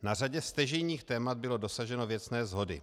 Na řadě stěžejních témat bylo dosaženo věcné shody.